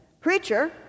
Preacher